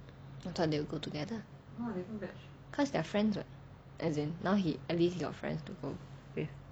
I thought they will go together cause they are friends [what] as in now he at least got friends to go with